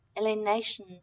alienation